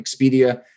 Expedia